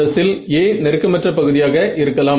Ra 75 மற்றும் 80 க்கு இடையில் இருக்கும்